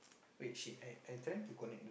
wait shit I I trying to connect to the